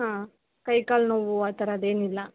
ಹಾಂ ಕೈ ಕಾಲು ನೋವು ಆ ಥರದೇನಿಲ್ಲ